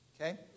Okay